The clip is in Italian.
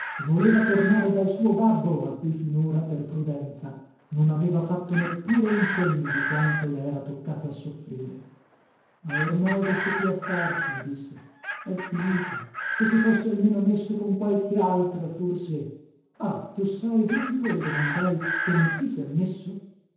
voleva tornare dal suo babbo a cui finora per prudenza non aveva fatto neppure un cenno di quanto le era toccato a soffrire ma ormai che sto più a farci mi disse è finita se si fosse almeno messo con qualche altra forse ah tu sai dunque le domandai con chi sè messo